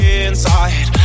inside